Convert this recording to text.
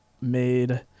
made